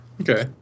Okay